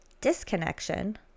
disconnection